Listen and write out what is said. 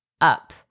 up